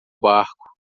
barco